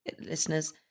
listeners